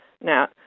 Now